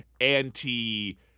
anti